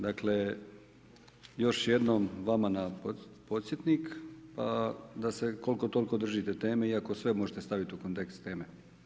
Dakle, još jednom vama na podsjetnik, pa da se koliko toliko držite teme iako sve možete staviti u kontekst teme.